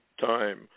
time